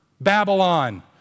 Babylon